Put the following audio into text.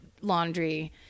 laundry